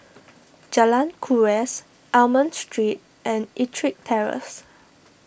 Jalan Kuras Almond Street and Ettrick Terrace